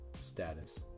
Status